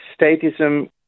statism